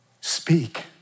Speak